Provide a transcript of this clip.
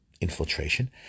infiltration